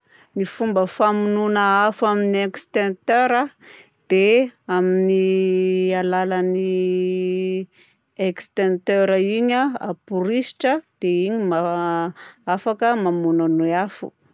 Ny fomba famonoana afo amin'ny extenteur a dia amin'ny alalan'ny extenteur igny a haborisitra dia igny ma- afaka mamono agne afo.